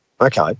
Okay